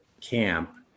camp